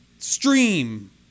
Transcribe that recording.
Stream